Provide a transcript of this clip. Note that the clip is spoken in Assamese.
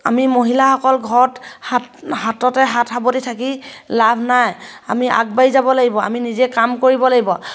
আমি মহিলাসকল ঘৰত হাত হাততে হাত সাৱটি থাকি লাভ নাই আমি আগবাঢ়ি যাব লাগিব আমি নিজে কাম কৰিব লাগিব